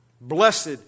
Blessed